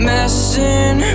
Messing